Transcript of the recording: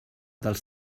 dels